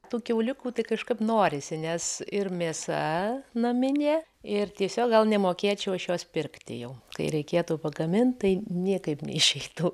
tų kiauliukų tai kažkaip norisi nes ir mėsa naminė ir tiesiog gal nemokėčiau aš jos pirkti jau kai reikėtų pagamint tai niekaip neišeitų